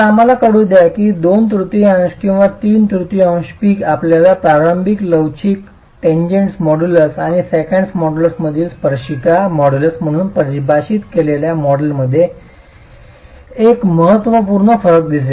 आम्हाला कळू द्या की दोन तृतीयांश किंवा तीन चतुर्थांश पीक आपल्याला प्रारंभिक लवचिक टेंगेंट मॉड्यूलस आणि सेकंट मॉड्यूलसमधील स्पर्शिका मॉड्यूलस म्हणून परिभाषित केलेल्या मॉडेलमध्ये एक महत्त्वपूर्ण फरक दिसेल